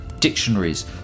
Dictionaries